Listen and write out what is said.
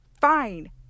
Fine